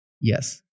yes